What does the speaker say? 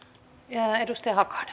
arvoisa